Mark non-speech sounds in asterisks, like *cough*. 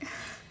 *laughs*